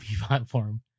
platform